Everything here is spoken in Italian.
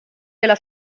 della